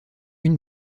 une